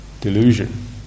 delusion